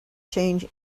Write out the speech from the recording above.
change